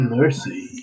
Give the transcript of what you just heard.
mercy